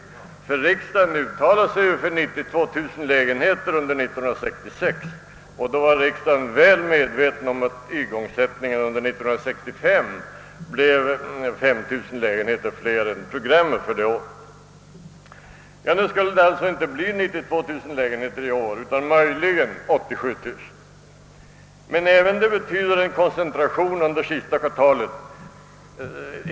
Riksdagen uttala de sig för 92000 lägenheter under 1966, och då var riksdagen väl medveten om att igångsättningen under 1965 blev 5 000 lägenheter fler än enligt programmet för det året. Det skulle alltså inte bli 92 000 lägenheter i år utan möjligen 87000, men även då blir det en betydande koncentration under sista kvartalet.